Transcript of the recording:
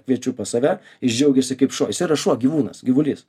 kviečiu pas save jis džiaugiasi kaip šuo jis yra šuo gyvūnas gyvulys